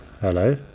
Hello